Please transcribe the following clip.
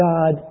God